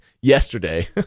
yesterday